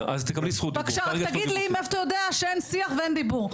אך אשמח אם תוכל רק להגיד לי מאיפה אתה יודע שאין שיח ואין דיבור?